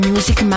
Music